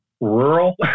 rural